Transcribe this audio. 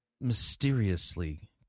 mysteriously